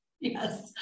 Yes